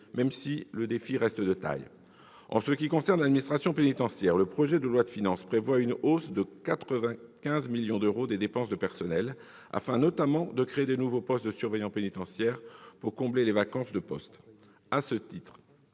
même si le défi reste de taille. En ce qui concerne l'administration pénitentiaire, le projet de loi de finances prévoit une hausse de 95 millions d'euros des dépenses de personnel, afin notamment de créer de nouveaux postes de surveillant pénitentiaire pour combler les vacances. À cet égard,